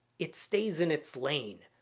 it stays in its lane.